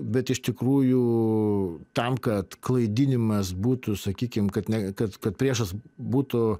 bet iš tikrųjų tam kad klaidinimas būtų sakykim kad ne kad kad priešas būtų